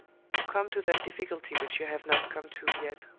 come to that difficulty which you have not come to yet.